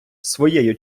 своєю